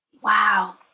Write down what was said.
Wow